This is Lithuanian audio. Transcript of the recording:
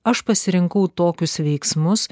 aš pasirinkau tokius veiksmus